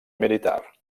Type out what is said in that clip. militar